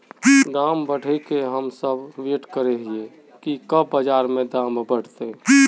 दाम बढ़े के हम सब वैट करे हिये की कब बाजार में दाम बढ़ते?